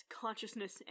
consciousness